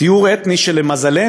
טיהור אתני שלמזלנו,